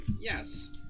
Yes